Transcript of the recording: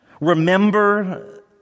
remember